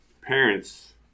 parents